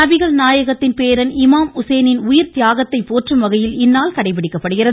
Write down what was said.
நபிகள் நாயகத்தின் பேரன் இமாம் உசைனின் உயிர் தியாகத்தை போற்றும் வகையில் இந்நாள் கடைபிடிக்கப்படுகிறது